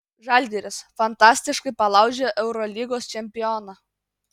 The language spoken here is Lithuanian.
žalgiris fantastiškai palaužė eurolygos čempioną